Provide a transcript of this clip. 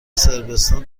صربستان